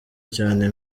cyane